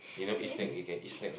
they don't eat snake you can eat snake ah